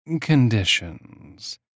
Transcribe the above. conditions